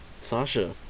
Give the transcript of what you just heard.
Sasha